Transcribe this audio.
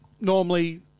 Normally